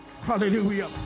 Hallelujah